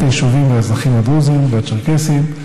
היישובים והאזרחים הדרוזיים והצ'רקסיים,